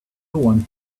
one